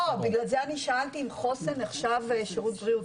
לכן שאלתי אם חוסן נחשב שירות בריאות.